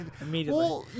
immediately